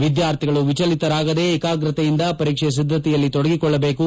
ವಿದ್ಯಾರ್ಥಿಗಳು ವಿಚಲಿತರಾಗದೇ ಏಕಾಗ್ರತೆಯಿಂದ ಪರೀಕ್ಷೆ ಸಿದ್ದತೆಯಲ್ಲಿ ತೊಡಗಿಕೊಳ್ಳಬೇಕು